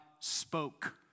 spoke